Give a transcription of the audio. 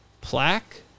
plaque